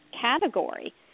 category